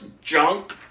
junk